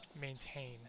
maintain